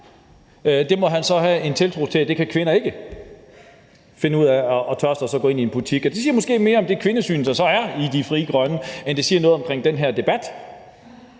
Det må han så ikke have tiltro til at kvinder kan finde ud af, altså at tørre sig og så gå ind i en butik. Det siger måske mere om det kvindesyn, der så er i Frie Grønne, end det siger noget om den her debat.